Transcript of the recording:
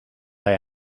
hij